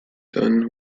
dunn